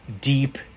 deep